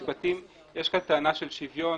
טענה של שוויון.